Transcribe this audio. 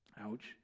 ouch